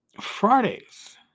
Fridays